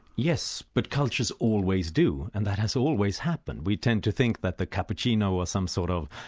yes, but cultures always do and that has always happened. we tend to think that the cappuccino or some sort of